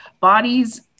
bodies